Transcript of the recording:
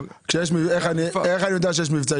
איך אני יודע שיש מבצע?